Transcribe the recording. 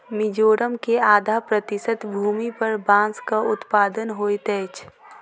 मिजोरम के आधा प्रतिशत भूमि पर बांसक उत्पादन होइत अछि